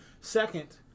Second